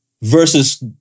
Versus